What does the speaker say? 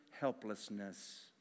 helplessness